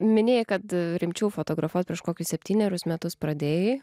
minėjai kad rimčiau fotografuot prieš kokius septynerius metus pradėjai